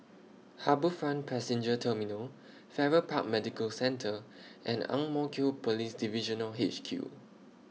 HarbourFront Passenger Terminal Farrer Park Medical Centre and Ang Mo Kio Police Divisional H Q